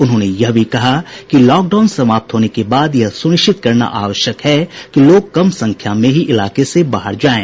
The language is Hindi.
उन्होंने यह भी कहा कि लॉकडाउन समाप्त होने के बाद यह सुनिश्चित करना आवश्यक है कि लोग कम संख्या में ही इलाके से बाहर जायें